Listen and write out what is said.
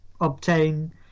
obtain